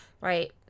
Right